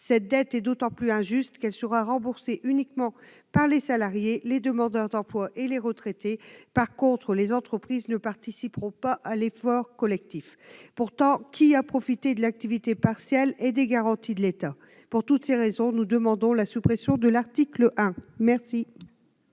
Cette dette est d'autant plus injuste qu'elle sera remboursée uniquement par les salariés, les demandeurs d'emploi et les retraités. Les entreprises, en revanche, ne participeront pas à l'effort collectif. Pourtant, qui a profité de l'activité partielle et des garanties de l'État ? Pour toutes ces raisons, nous demandons la suppression de l'article 1 du